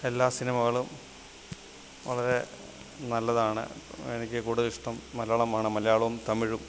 എല്ലാ സിനിമകളും വളരെ നല്ലതാണ് എനിക്ക് കൂടുതലിഷ്ടം മലയാളമാണ് മലയാളവും തമിഴും